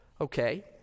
Okay